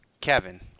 Kevin